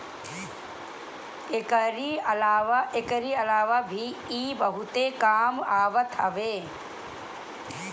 एकरी अलावा भी इ बहुते काम आवत हवे